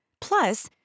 Plus